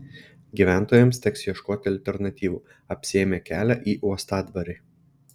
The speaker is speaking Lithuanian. gyventojams teks ieškoti alternatyvų apsėmė kelią į uostadvarį